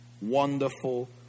wonderful